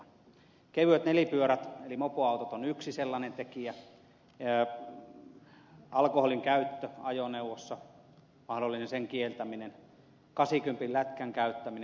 kevyet nelipyörät eli mopoautot ovat yksi sellainen tekijä alkoholinkäyttö ajoneuvossa mahdollinen sen kieltäminen kasikympinlätkän käyttäminen